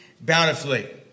bountifully